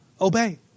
obey